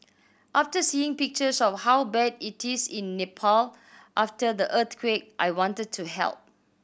after seeing pictures of how bad it is in Nepal after the earthquake I wanted to help